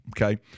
Okay